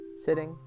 sitting